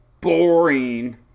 Boring